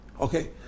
Okay